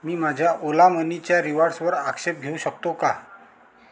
मी माझ्या ओला मनीच्या रिवॉर्ड्सवर आक्षेप घेऊ शकतो का